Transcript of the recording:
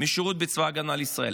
משירות בצבא הגנה לישראל.